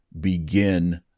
begin